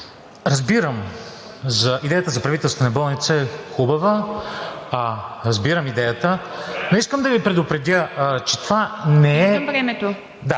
разбирам, че идеята за Правителствена болница е хубава, разбирам идеята, но искам да Ви предупредя, че това не е...